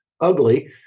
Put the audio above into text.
ugly